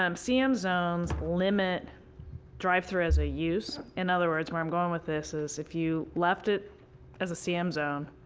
um cm zones limit drive through as a use? in other words, where i'm going this is, if you left it as a cm zone,